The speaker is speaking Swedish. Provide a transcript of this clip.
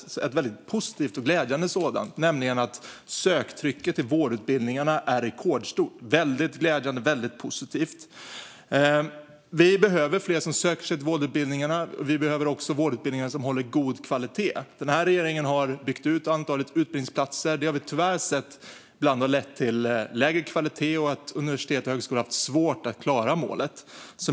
Det var ett väldigt positivt och glädjande sådant, nämligen att söktrycket till vårdutbildningarna är rekordstort. Det är väldigt glädjande och väldigt positivt. Vi behöver fler som söker sig till vårdutbildningarna, och vi behöver också vårdutbildningar som håller god kvalitet. Den här regeringen har byggt ut antalet utbildningsplatser. Vi har tyvärr ibland sett att det har lett till lägre kvalitet och att universitet och högskolor har haft svårt att klara målet.